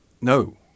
no